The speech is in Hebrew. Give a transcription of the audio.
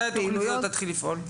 מתי התוכנית הזאת תתחיל לפעול?